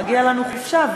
מגיעה לנו חופשה,